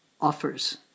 offers